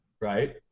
right